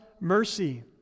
mercy